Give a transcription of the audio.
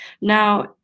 Now